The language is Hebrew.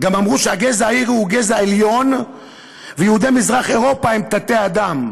גם אמרו שהגזע הארי הוא גזע עליון ויהודי מזרח-אירופה הם תת-אדם,